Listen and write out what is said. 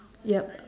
yup